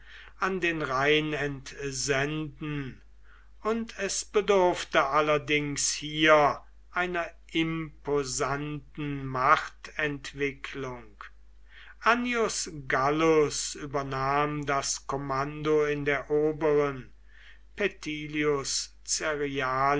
an den rhein entsenden und es bedurfte allerdings hier einer imposanten machtentwicklung annius gallus übernahm das kommando in der oberen